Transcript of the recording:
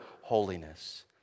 holiness